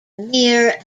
mere